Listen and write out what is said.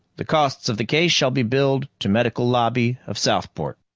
the costs of the case shall be billed to medical lobby of southport.